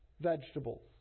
vegetables